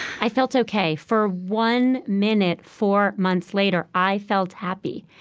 i felt ok. for one minute four months later, i felt happy.